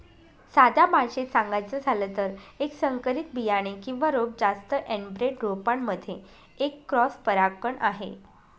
साध्या भाषेत सांगायचं झालं तर, एक संकरित बियाणे किंवा रोप जास्त एनब्रेड रोपांमध्ये एक क्रॉस परागकण आहे